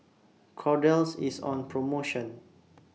Kordel's IS on promotion